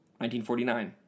1949